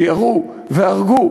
שירו והרגו,